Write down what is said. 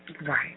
right